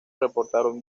reportaron